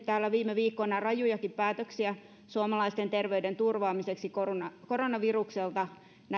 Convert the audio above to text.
täällä viime viikkoina rajujakin päätöksiä suomalaisten terveyden turvaamiseksi koronavirukselta